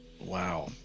Wow